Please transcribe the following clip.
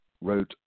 wrote